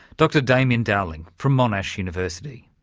dr damian dowling from monash university.